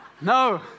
No